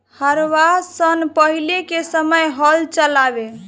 हरवाह सन पहिले के समय हल चलावें